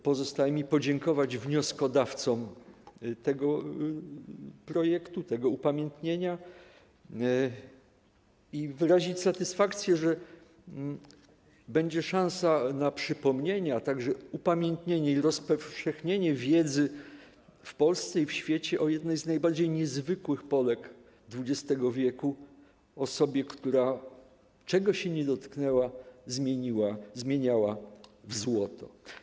Pozostaje mi podziękować wnioskodawcom tego projektu, tego upamiętnienia i wyrazić satysfakcję, że będzie szansa na przypomnienie, a także upamiętnienie i rozpowszechnienie wiedzy w Polsce i na świecie o jednej z najbardziej niezwykłych Polek XX w., o osobie, która czegokolwiek dotknęła, zmieniała to w złoto.